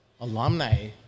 alumni